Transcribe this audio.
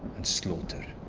and slaughter.